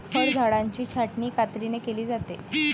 फळझाडांची छाटणी कात्रीने केली जाते